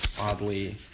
oddly